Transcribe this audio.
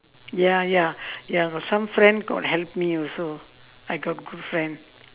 ya ya ya got some friend got help me also I got good friend